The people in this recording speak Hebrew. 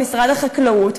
למשרד החקלאות,